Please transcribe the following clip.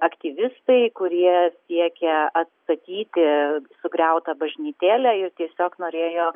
aktyvistai kurie siekia atstatyti sugriautą bažnytėlę ji tiesiog norėjo